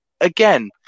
again